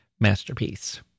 masterpiece